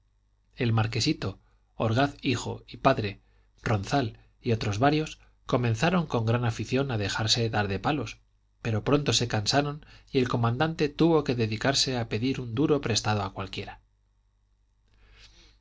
el marquesito orgaz hijo y padre ronzal y otros varios comenzaron con gran afición a dejarse dar de palos pero pronto se cansaron y el comandante tuvo que dedicarse a pedir un duro prestado a cualquiera